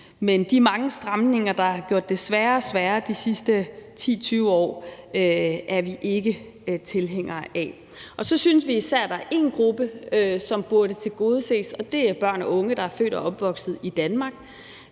Men de mange stramninger, der har gjort det sværere og sværere de sidste 10-20 år, er vi ikke tilhængere af. Så synes vi især, at der er en gruppe, som burde tilgodeses, det er børn og unge, der er født og opvokset i Danmark.